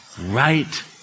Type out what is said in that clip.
Right